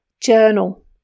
journal